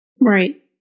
right